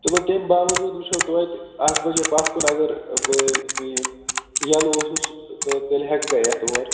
چلو تمہِ باوجود وُچھو توتہِ اَکھ بجے پَتھ کُن اگر بہٕ یَلہٕ اوسُس تہٕ تیٚلہِ ہیٚکہٕ بہٕ یِتھ اوٗر